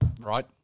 right